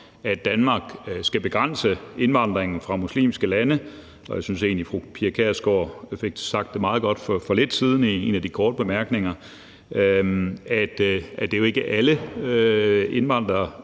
at Danmark skal begrænse indvandringen fra muslimske lande, og jeg synes egentlig, at fru Pia Kjærsgaard fik sagt det meget godt for lidt siden i en af sine korte bemærkninger, nemlig at det jo ikke er alle indvandrere,